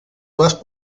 más